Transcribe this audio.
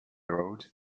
road